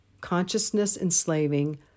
consciousness-enslaving